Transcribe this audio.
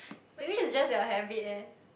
maybe it's just your habit leh